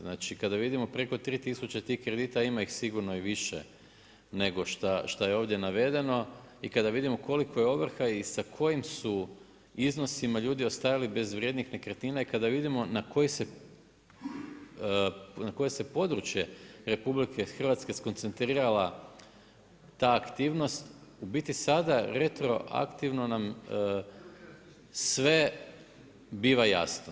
Znači, kada vidimo preko 3 tisuće tih kredita, a ima ih sigurno i više nego šta je ovdje navedeno, i kada vidimo koliko je ovrha i sa kojim su iznosima ljudi ostajali bez vrijednih nekretnina i kada vidimo na koji se područje RH skoncentrirala ta aktivnost, u biti sada retroaktivno nam sve biva jasno.